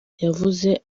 yavuze